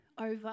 over